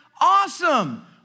awesome